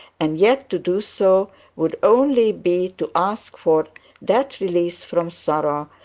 and yet to do so would only be to ask for that release from sorrow,